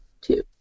Two